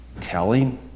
telling